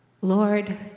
Lord